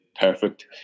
perfect